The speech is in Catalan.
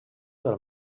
del